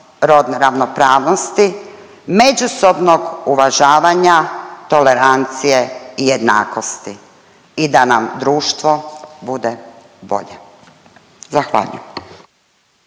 rodne ravnopravnosti, međusobnog uvažavanja, tolerancije i jednakosti i da nam društvo bude bolje, zahvaljujem.